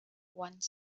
one